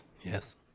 Yes